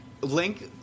Link